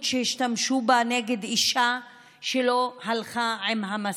שהשתמשו בה נגד אישה שלא הלכה עם המסכה.